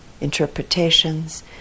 interpretations